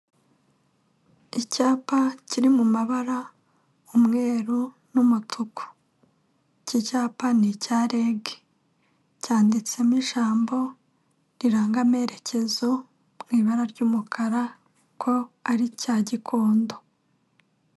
Icyapa kiri mu mabara umweru n'umutuku, iki cyapa ni icya REG, cyanditsemo ijambo riranga amerekezo mu ibara ry'umukara ko ari icya Gikondo.